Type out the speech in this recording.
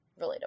relatable